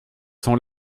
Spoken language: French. sont